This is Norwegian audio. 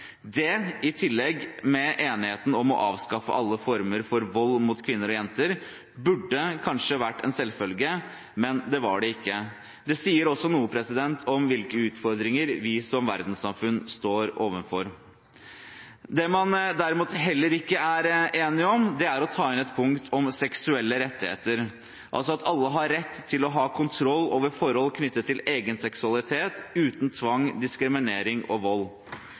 Det – i tillegg til enigheten om å avskaffe alle former for vold mot kvinner og jenter – burde kanskje vært en selvfølge, men det er det ikke. Det sier noe om hvilke utfordringer vi som verdenssamfunn står overfor. Det man heller ikke er enig om, er å ta inn et punkt om seksuelle rettigheter, altså at alle har rett til å ha kontroll over forhold knyttet til egen seksualitet, uten tvang, diskriminering og vold.